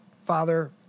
Father